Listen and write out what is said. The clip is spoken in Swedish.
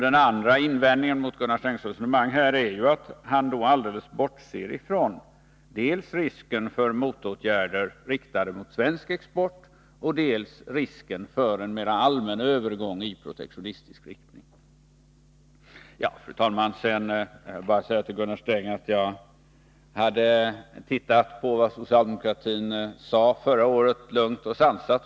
Min andra invändning mot Gunnar Strängs resonemang är att han helt bortser från dels risken för motåtgärder riktade mot svensk export, dels risken för en mer allmän övergång i protektionistisk riktning. Fru talman! Sedan vill jag bara säga till Gunnar Sträng att jag har studerat vad socialdemokratin sade förra året lugnt och sansat.